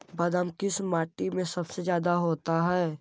बादाम किस माटी में सबसे ज्यादा होता है?